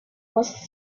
was